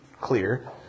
clear